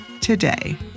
today